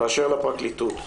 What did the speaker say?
באשר לפרקליטות,